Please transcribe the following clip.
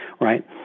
right